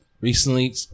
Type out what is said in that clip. recently